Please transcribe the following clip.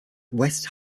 west